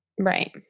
Right